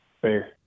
Fair